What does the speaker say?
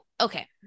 okay